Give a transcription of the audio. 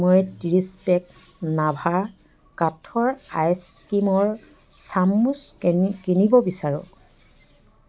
মই ত্ৰিছ পেক নাভা কাঠৰ আইচ ক্ৰীমৰ চামুচ কেনি কিনিব বিচাৰোঁ